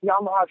Yamaha